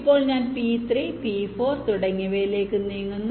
അപ്പോൾ ഞാൻ P3 P4 തുടങ്ങിയവയിലേക്ക് നീങ്ങുന്നു